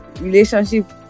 Relationship